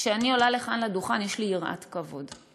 כשאני עולה לכאן, לדוכן, יש לי יראת כבוד,